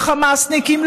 לחמאסניקים,